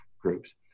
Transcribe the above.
groups